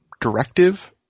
directive